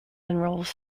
enrolls